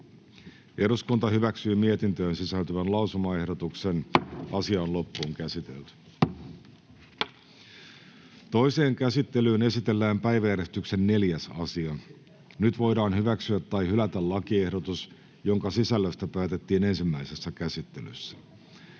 toimeentulotuesta annetun lain 7 a §:n muuttamisesta Time: N/A Content: Toiseen käsittelyyn esitellään päiväjärjestyksen 2. asia. Nyt voidaan hyväksyä tai hylätä lakiehdotus, jonka sisällöstä päätettiin ensimmäisessä käsittelyssä.